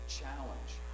challenge